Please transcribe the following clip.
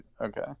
Okay